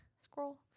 scroll